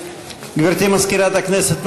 גברתי מזכירת הכנסת,